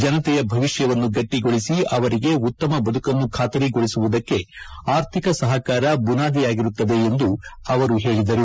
ಜನತೆಯ ಭವಿಷ್ಣವನ್ನು ಗಟ್ಟಗೊಳಿಸಿ ಅವರಿಗೆ ಉತ್ತಮ ಬದುಕನ್ನು ಖಾತರಿಗೊಳಿಸುವುದಕ್ಕೆ ಆರ್ಥಿಕ ಸಹಕಾರ ಬುನಾದಿಯಾಗಿರುತ್ತದೆ ಎಂದು ಅವರು ಹೇಳಿದರು